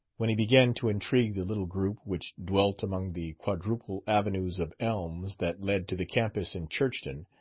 when he began to intrigue the little group which dwelt among the quadruple avenues of elms that led to the campus in churchton,